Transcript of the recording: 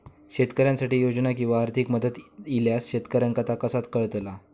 शेतकऱ्यांसाठी योजना किंवा आर्थिक मदत इल्यास शेतकऱ्यांका ता कसा कळतला?